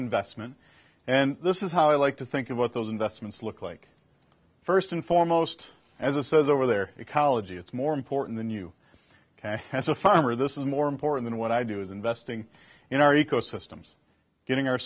investment and this is how i like to think about those investments look like first and foremost as a says over there ecology it's more important than you can has a farmer this is more important than what i do is investing in our ecosystems getting our